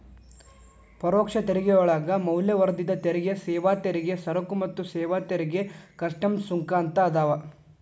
ಪರೋಕ್ಷ ತೆರಿಗೆಯೊಳಗ ಮೌಲ್ಯವರ್ಧಿತ ತೆರಿಗೆ ಸೇವಾ ತೆರಿಗೆ ಸರಕು ಮತ್ತ ಸೇವಾ ತೆರಿಗೆ ಕಸ್ಟಮ್ಸ್ ಸುಂಕ ಅಂತ ಅದಾವ